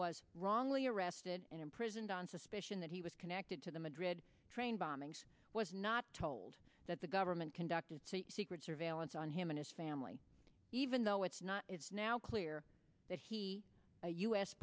was wrongly arrested and imprisoned on suspicion that he was connected to the madrid train bombings was not told that the government conducted secret surveillance on him and his family even though it is now clear that he